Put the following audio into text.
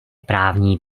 právní